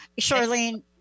Charlene